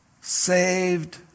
saved